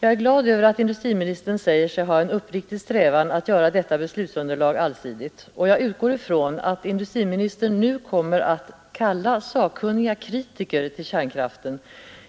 Jag är glad över att industriministern säger sig ha en uppriktig strävan att göra detta beslutsunderlag allsidigt, och jag utgår från att industriministern nu kommer att kalla sakkunniga kritiker av kärnkraften